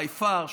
by far,